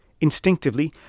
Instinctively